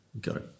go